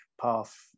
path